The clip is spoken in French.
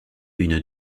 une